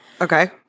Okay